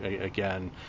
again